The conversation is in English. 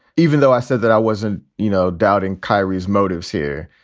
even though i said that i wasn't, you know, doubting kyrie's motives here,